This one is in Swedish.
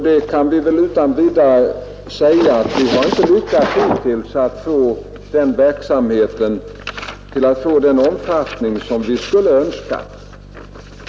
Det kan väl utan vidare sägas att vi hittills inte lyckats att utöka denna verksamhet på det sätt som vi skulle önska.